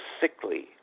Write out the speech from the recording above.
sickly